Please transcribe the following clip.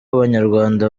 abanyarwanda